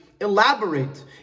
elaborate